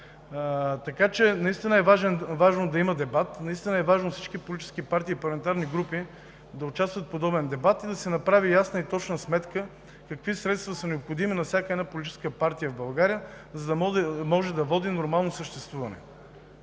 седмица. Наистина е важно да има дебат, наистина е важно всички политически партии и парламентарни групи да участват в подобен дебат и да се направи ясна и точна сметка какви средства са необходими на всяка една политическа партия в България, за да може да води нормално съществуване.